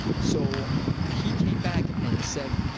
so he came back and said,